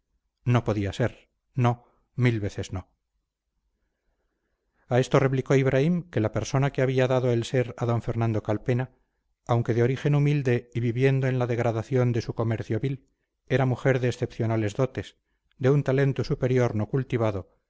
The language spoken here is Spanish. no podía ser no mil veces no a esto replicó ibraim que la persona que había dado el ser a d fernando calpena aunque de origen humilde y viviendo en la degradación de su comercio vil era mujer de excepcionales dotes de un talento superior no cultivado